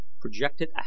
projected